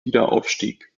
wiederaufstieg